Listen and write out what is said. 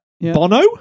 Bono